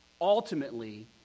Ultimately